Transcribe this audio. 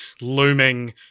looming